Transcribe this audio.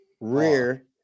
Rear